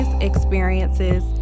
experiences